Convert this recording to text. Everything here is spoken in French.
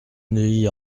neuilly